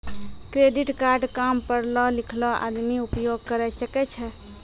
Credit card काम पढलो लिखलो आदमी उपयोग करे सकय छै?